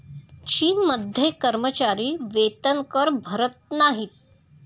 चीनमध्ये कर्मचारी वेतनकर भरत नाहीत